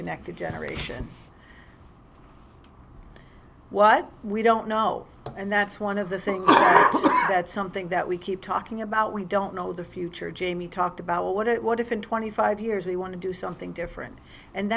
connected generation what we don't know and that's one of the things that's something that we keep talking about we don't know the future jamie talked about what it what if in twenty five years we want to do something different and